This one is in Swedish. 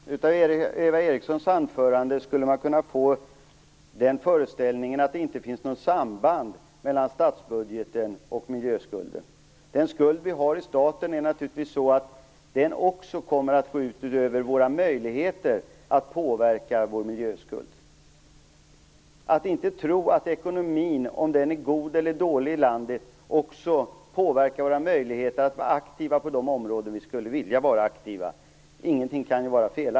Herr talman! Av Eva Erikssons anförande skulle man kunna få den föreställningen att det inte finns något samband mellan statsbudgeten och miljöskulden. Den skuld vi har i staten kommer naturligtvis också att gå ut över våra möjligheter att påverka vår miljöskuld. Ingenting kan vara felaktigare än att tro att ekonomin - om den är god eller dålig i landet - inte också påverkar våra möjligheter att vara aktiva på områden där vi skulle vilja vara aktiva.